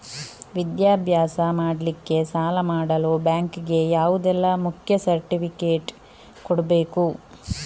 ವಿದ್ಯಾಭ್ಯಾಸ ಮಾಡ್ಲಿಕ್ಕೆ ಸಾಲ ಮಾಡಲು ಬ್ಯಾಂಕ್ ಗೆ ಯಾವುದೆಲ್ಲ ಮುಖ್ಯ ಸರ್ಟಿಫಿಕೇಟ್ ಕೊಡ್ಬೇಕು?